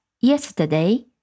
yesterday